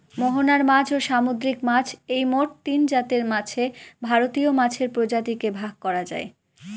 মোহনার মাছ, ও সামুদ্রিক মাছ এই মোট তিনজাতের মাছে ভারতীয় মাছের প্রজাতিকে ভাগ করা যায়